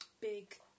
big